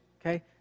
okay